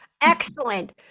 Excellent